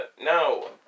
no